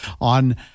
on